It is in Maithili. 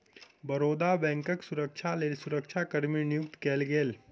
बड़ौदा बैंकक सुरक्षाक लेल सुरक्षा कर्मी नियुक्त कएल गेल